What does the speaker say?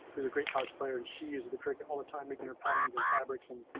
who's a great cosplayer and she is the cricket all the time, making her patterns and fabrics and